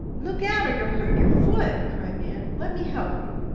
look out, or you'll hurt your foot, cried nan. let me help you.